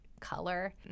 color